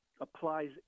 applies